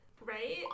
right